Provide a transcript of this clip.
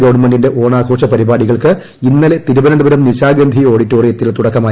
ഗവൺമെന്റിന്റെ ഓണാഘോഷ സംസ്ഥാന പരിപാടികൾക്ക് ഇന്നലെ തിരുവനന്തപുരം നിശാഗന്ധി ഓഡിറ്റോറിയത്തിൽ തുടക്കമായി